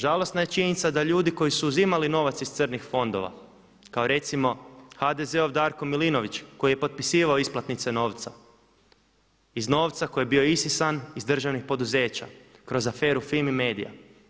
Žalosna je činjenica da ljudi koji su uzimali novac iz crnih fondova kao recimo HDZ-ov Darko Milinović koji je potpisivao isplatnice novca, iz novca koji je bio isisan iz državnih poduzeća kroz aferu FIMI Media.